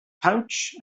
pouch